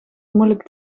moeilijk